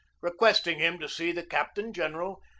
requesting him to see the captain-general,